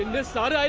this ah time?